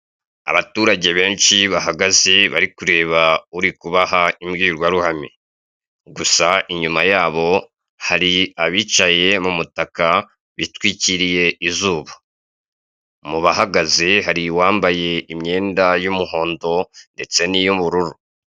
Abaturage benshi bahagaze bari kureba uri kubaha imbwirwaruhame. Gusa inyuma yabo hari abicaye mu mutaka bitwikiriye izuba, Mu bahagaze hari uwambaye imyenda y'umuhondo ndetse n'iy'ubururu.